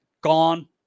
Gone